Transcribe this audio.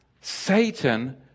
Satan